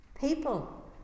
people